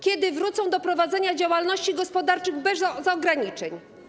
Kiedy wrócą do prowadzenia działalności gospodarczej bez ograniczeń?